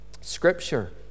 Scripture